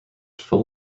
full